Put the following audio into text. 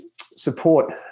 support